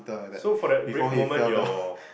so for that brief moment your